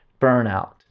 burnout